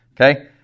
okay